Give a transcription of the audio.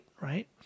right